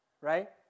Right